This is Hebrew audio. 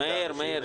את האנשים.